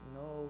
no